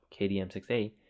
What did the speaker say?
KDM6A